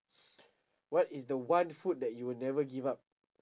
what is the one food that you will never give up